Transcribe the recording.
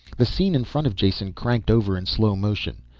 the scene in front of jason cranked over in slow motion.